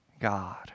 God